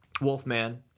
Wolfman